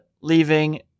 leaving